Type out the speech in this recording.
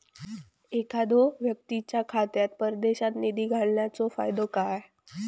एखादो व्यक्तीच्या खात्यात परदेशात निधी घालन्याचो फायदो काय?